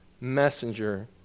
messenger